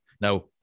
Now